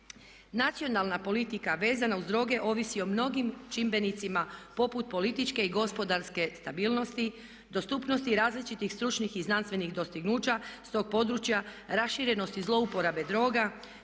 Nacionalna politika vezana uz droge ovisi o mnogim čimbenicima poput političke i gospodarske stabilnosti, dostupnosti različitih stručnih i znanstvenih dostignuća s tog područja, raširenosti zlouporabe droga,